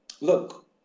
look